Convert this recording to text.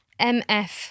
MF